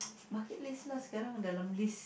bucket list lah sekarang dalam list